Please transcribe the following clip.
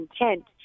intent